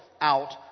out